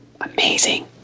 amazing